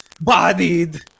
Bodied